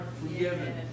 forgiven